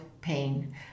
pain